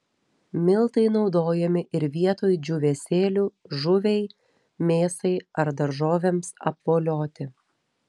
miltai naudojami ir vietoj džiūvėsėlių žuviai mėsai ar daržovėms apvolioti